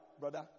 brother